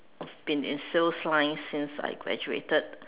been in sales line since I graduated